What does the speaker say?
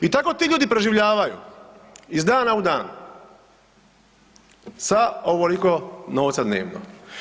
I tako ti ljudi preživljavaju iz dana u dan sa ovoliko novca dnevno.